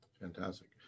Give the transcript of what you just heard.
fantastic